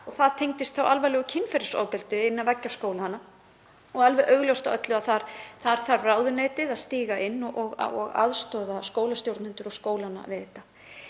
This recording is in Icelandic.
Það tengdist alvarlegu kynferðisofbeldi innan veggja skólanna og er alveg augljóst af öllu að þar þarf ráðuneytið að stíga inn og aðstoða skólastjórnendur og skólana í þessum